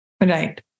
Right